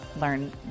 learn